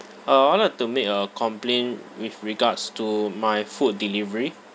uh I would like to make a complaint with regards to my food delivery